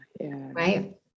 right